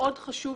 מאוד חשוב,